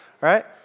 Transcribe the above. Right